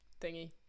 thingy